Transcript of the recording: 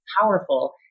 powerful